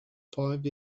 five